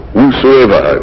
Whosoever